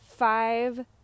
five